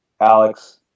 Alex